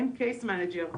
מעין Case Manager.